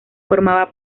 formaba